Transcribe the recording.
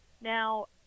Now